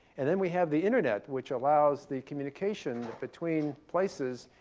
and then we have the internet, which allows the communication between places.